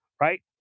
right